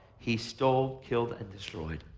he stole, killed and destroyed.